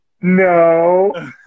no